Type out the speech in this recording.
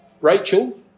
Rachel